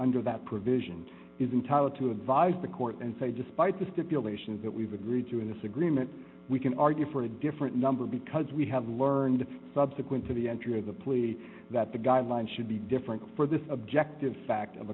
under that provision is entitled to advise the court and say despite the stipulation that we've agreed to in this agreement we can argue for a different number because we have learned subsequent to the entry of the plea that the guidelines should be different for the objective fact of